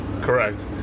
Correct